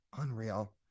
Unreal